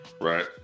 Right